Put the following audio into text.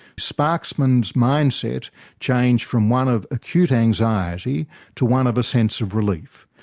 sparksman's mindset changed from one of acute anxiety to one of a sense of relief.